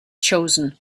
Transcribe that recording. chosen